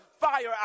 fire